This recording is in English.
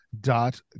Dot